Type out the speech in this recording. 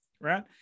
right